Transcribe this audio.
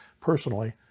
personally